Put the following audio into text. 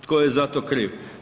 Tko je za to kriv?